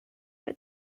for